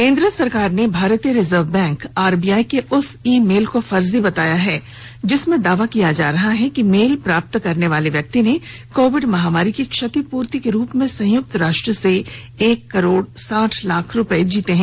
केन्द्र सरकार ने भारतीय रिजर्व बैंक आरबीआई के उस ई मेल को फर्जी बताया है जिसमें दावा किया जा रहा है कि मेल प्राप्त करने वाले व्यक्ति ने कोविड महामारी की क्षतिपूर्ति के रूप में संयुक्त राष्ट्र से एक करोड़ साठ लाख रुपये जीते हैं